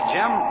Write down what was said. Jim